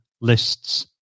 lists